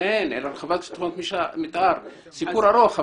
זה סיפור ארוך.